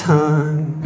time